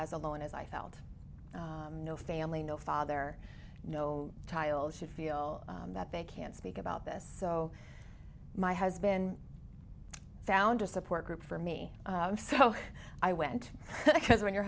as alone as i felt no family no father no child should feel that they can speak about this so my husband i found a support group for me so i went because when your